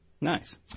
Nice